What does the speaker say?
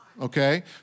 Okay